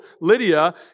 Lydia